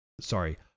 sorry